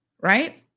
right